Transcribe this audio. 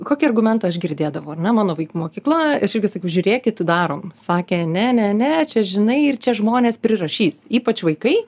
kokį argumentą aš girdėdavau ar ne mano vaikų mokykla aš irgi sakaiu žiūrėkit darom sakė ne ne ne čia žinai ir čia žmonės prirašys ypač vaikai